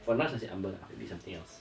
for lunch nasi ambeng ah maybe something else